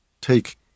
Take